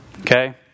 Okay